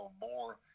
more